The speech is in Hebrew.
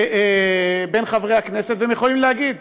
בין חברי הכנסת, והם יכולים להגיד,